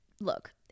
look